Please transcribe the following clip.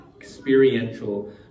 experiential